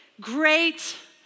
great